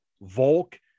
Volk